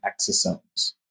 exosomes